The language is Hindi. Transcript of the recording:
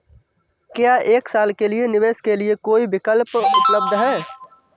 क्या एक साल के निवेश के लिए कोई विकल्प उपलब्ध है?